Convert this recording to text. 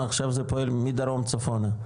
עכשיו זה פועל מדרום צפונה.